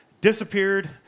disappeared